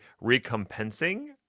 recompensing